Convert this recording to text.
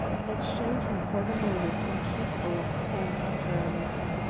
that showed him for the moment incapable of calm utterance.